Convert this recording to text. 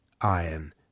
iron